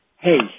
hey